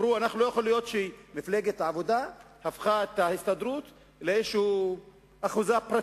אמרו: לא יכול להיות שמפלגת העבודה הפכה את ההסתדרות לאחוזה פרטית,